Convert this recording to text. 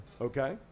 Okay